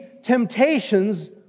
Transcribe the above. temptations